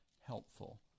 helpful